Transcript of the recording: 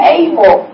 able